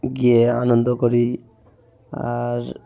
গিয়ে আনন্দ করি আর